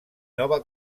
nova